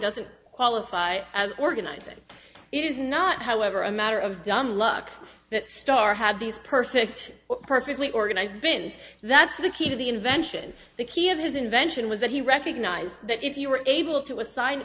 doesn't qualify as organizing it is not however a matter of dumb luck that starr had these perfect perfectly organized bins that's the key to the invention the key of his invention was that he recognized that if you were able to assign